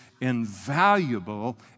invaluable